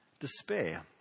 Despair